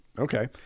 okay